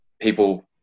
people